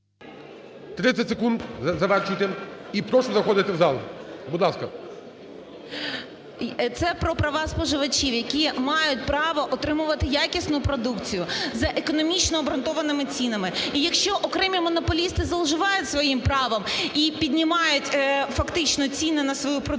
30 секунд, завершуйте. І прошу заходити в зал. Будь ласка. ПТАШНИК В.Ю. Це про права споживачів, які мають право отримувати якісну продукцію за економічно обґрунтованими цінами. І якщо окремі монополісти зловживають своїм правом і піднімають фактично ціни на свою продукцію,